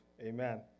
amen